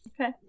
Okay